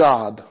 God